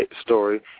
story